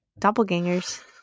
doppelgangers